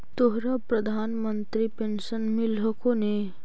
तोहरा प्रधानमंत्री पेन्शन मिल हको ने?